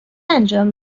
انجام